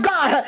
God